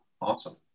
Awesome